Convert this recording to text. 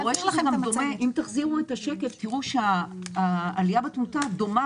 אם תחזירו את השקף תראו שהעלייה בתמותה דומה